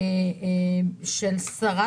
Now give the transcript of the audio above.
אם אנחנו לא נעשה שום דבר לא יהיה להם עתיד.